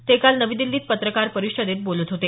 ते काल नवी दिल्लीत पत्रकार परिषदेत बोलत होते